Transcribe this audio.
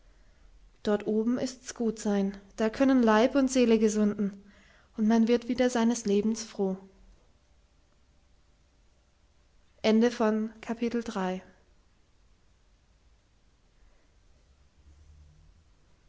dort oben ist's gut sein da können leib und seele gesunden und man wird wieder seines lebens froh